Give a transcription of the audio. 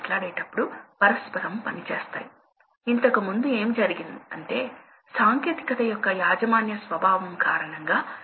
అదేవిధంగా మీరు స్థిరమైన ఎఫిసిఎన్సీ లక్షణాలు కలిగి ఉంటారు ఇది డెబ్బై శాతం లైన్ ని చెబుతాయి ఇది ఎనభై శాతం లైన్ మరియు మొదలైనవి చెబుతాయి